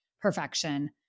perfection